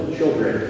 children